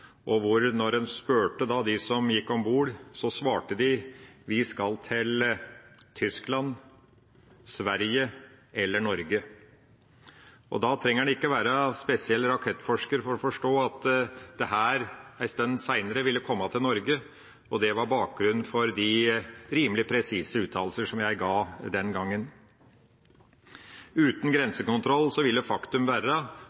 – hvor jeg ved sjølsyn så hva som skjedde. Denne øya fikk da nærmere 5 000 flyktninger hver dag, og to store ferjer fraktet dem fra havnebyen til Athen, uten særlig kontroll. Når en spurte dem som gikk om bord, svarte de: Vi skal til Tyskland, Sverige eller Norge. En trengte ikke være rakettforsker for å forstå at disse en stund senere ville komme til Norge. Det var bakgrunnen for de rimelig